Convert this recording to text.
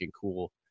cool